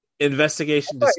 investigation